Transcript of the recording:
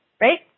right